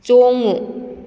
ꯆꯣꯡꯉꯨ